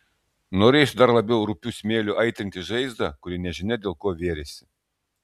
norėjosi dar labiau rupiu smėliu aitrinti žaizdą kuri nežinia dėl ko vėrėsi